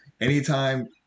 anytime